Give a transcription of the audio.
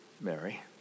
Mary